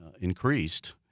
increased